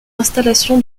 installation